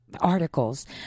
articles